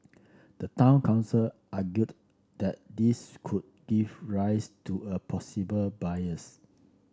the town council argued that this could give rise to a possible bias